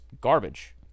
garbage